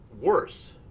worse